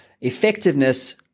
Effectiveness